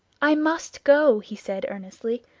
i must go, he said earnestly,